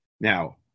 Now